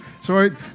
sorry